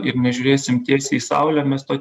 ir nežiūrėsim tiesiai į saulę mes to